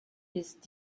ist